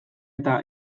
eta